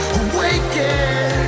awaken